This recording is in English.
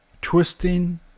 twisting